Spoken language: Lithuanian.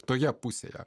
toje pusėje